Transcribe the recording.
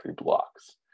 blocks